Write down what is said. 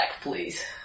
please